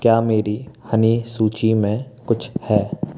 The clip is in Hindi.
क्या मेरी हनी सूची में कुछ है